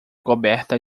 coberta